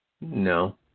no